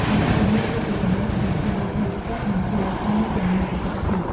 មណ្ឌលទាំងនោះគឺជាកន្លែងសម្រាប់ព្យាបាលផ្លូវចិត្ត និងផ្លូវកាយយ៉ាងមានប្រសិទ្ធភាព។